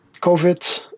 COVID